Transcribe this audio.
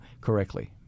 correctly